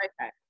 okay